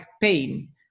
pain